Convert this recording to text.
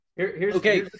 Okay